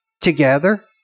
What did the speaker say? together